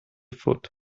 foot